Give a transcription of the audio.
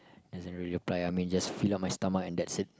doesn't really apply I mean just fill up my stomach and that's it